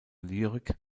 lyrik